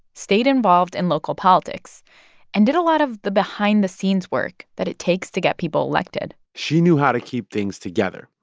stayed involved in local politics and did a lot of the behind-the-scenes work that it takes to get people elected she knew how to keep things together,